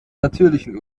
natürlichen